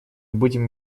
будем